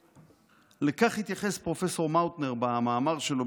לכך התייחס פרופ' מאוטנר במאמר שלו